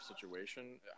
situation